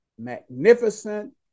magnificent